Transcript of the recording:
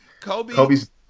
Kobe's